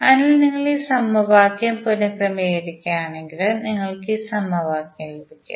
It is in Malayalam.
അതിനാൽ നിങ്ങൾ ഈ സമവാക്യം പുനർക്രമീകരിക്കുകയാണെങ്കിൽ നിങ്ങൾക്ക് ഈ സമവാക്യം ലഭിക്കും